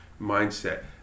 mindset